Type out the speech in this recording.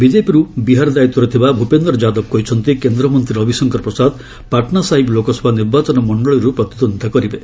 ବିକେପିରୁ ବିହାର ଦାୟିତ୍ୱରେ ଥିବା ଭୂପେନ୍ଦ୍ର ଯାଦବ କହିଛନ୍ତି କେନ୍ଦ୍ରମନ୍ତ୍ରୀ ରବିଶଙ୍କର ପ୍ରସାଦ ପାଟ୍ନା ସାହିବ୍ ଲୋକସଭା ନିର୍ବାଚନ ମଣ୍ଡଳୀରୁ ପ୍ରତିଦ୍ୱନ୍ଦ୍ୱିତା କରିବେ